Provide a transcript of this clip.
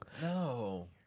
No